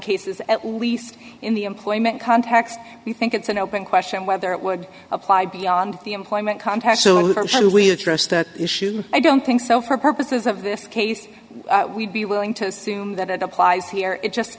cases at least in the employment context we think it's an open question whether it would apply beyond the employment context and we address that issue i don't think so for purposes of this case we'd be willing to assume that it applies here it just